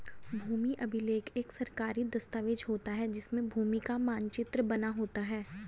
भूमि अभिलेख एक सरकारी दस्तावेज होता है जिसमें भूमि का मानचित्र बना होता है